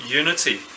unity